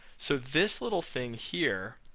so, this little thing here,